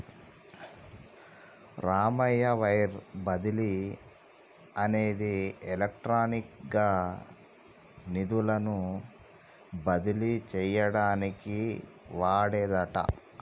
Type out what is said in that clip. Ramayya wire బదిలీ అనేది electronic గా నిధులను బదిలీ చేయటానికి వాడేదట